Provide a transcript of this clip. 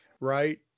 right